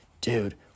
dude